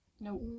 No